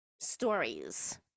stories